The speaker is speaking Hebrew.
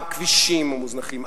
הכבישים המוזנחים,